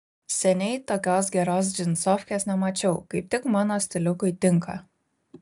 seniai tokios geros džinsofkės nemačiau kaip tik mano stiliukui tinka